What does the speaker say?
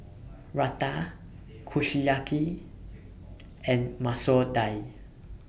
Raita Kushiyaki and Masoor Dal